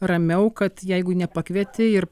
ramiau kad jeigu nepakvietė ir